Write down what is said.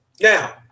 now